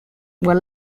were